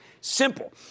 Simple